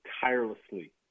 tirelessly